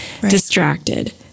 distracted